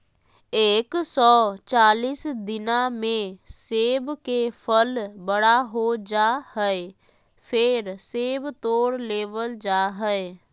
एक सौ चालीस दिना मे सेब के फल बड़ा हो जा हय, फेर सेब तोड़ लेबल जा हय